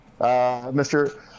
Mr